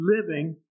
living